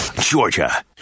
georgia